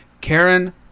Karen